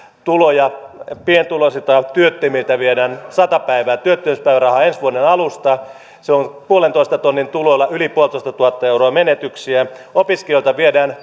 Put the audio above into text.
tuloja pientuloisilta ja työttömiltä viedään sata työttömyyspäivärahaa ensi vuoden alusta se on tuhannenviidensadan tuloilla yli tuhatviisisataa menetyksiä opiskelijoilta viedään